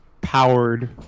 powered